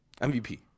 MVP